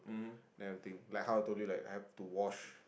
then I will think like how I totally like I have to wash